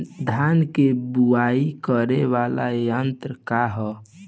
धान के बुवाई करे वाला यत्र का ह?